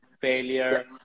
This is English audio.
failure